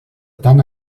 tant